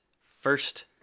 first